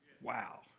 Wow